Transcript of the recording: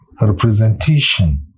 representation